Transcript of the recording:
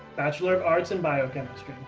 bachelor of arts in biochemistry.